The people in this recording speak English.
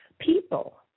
people